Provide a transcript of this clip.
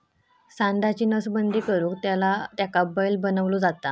सांडाची नसबंदी करुन त्याका बैल बनवलो जाता